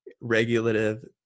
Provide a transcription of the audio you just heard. regulative